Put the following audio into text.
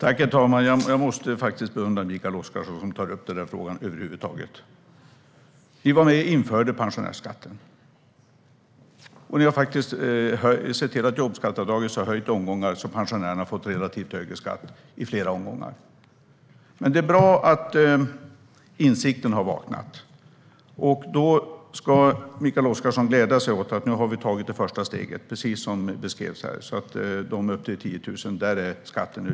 Herr talman! Jag måste faktiskt beundra Mikael Oscarsson, som över huvud taget tar upp den frågan. Ni var med och införde pensionärsskatten, och ni har sett till att jobbskatteavdraget har höjts i flera omgångar så att pensionärerna har fått relativt sett högre skatt. Det är dock bra att insikten har vaknat. Då ska Mikael Oscarsson glädja sig åt att vi nu har tagit det första steget, precis som beskrevs här, så att skatten är lika upp till 10 000 i månaden.